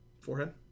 Forehead